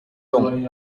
long